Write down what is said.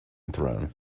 throne